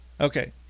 okay